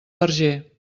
verger